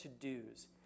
to-dos